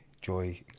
Joy